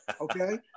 Okay